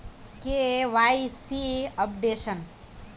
KYC updation?